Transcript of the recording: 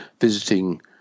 visiting